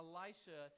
Elisha